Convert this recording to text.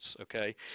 okay